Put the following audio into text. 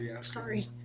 sorry